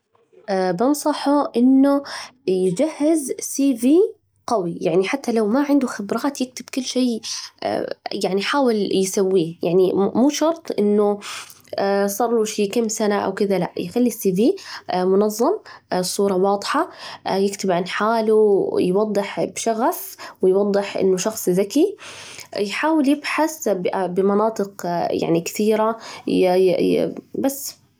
بنصحه إنه يجهز سي في قوي، يعني حتى لو ما عنده خبرات، يكتب كل شيء يعني حاول يسويه، يعني مو شرط إنه صار له كم سنة أو كده، لا، يخلي السي في منظم، والصورة واضحة، يكتب عن حاله ويوضح بشغف، ويوضح إنه شخص ذكي، يحاول يبحث بمناطق كثيرة ي ي ي بس.